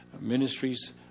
ministries